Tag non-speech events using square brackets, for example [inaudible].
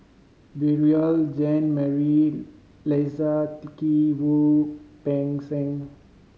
Beurel Jean Marie Leslie [unintelligible] Kee Wu Peng Seng